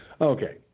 Okay